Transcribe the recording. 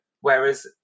whereas